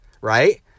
right